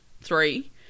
three